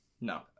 No